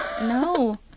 no